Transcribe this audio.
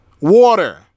water